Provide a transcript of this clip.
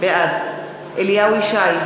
בעד אליהו ישי,